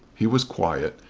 he was quiet,